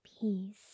peace